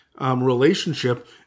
relationship